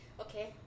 okay